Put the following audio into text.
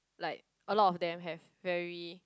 like a lot of them have very